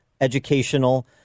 educational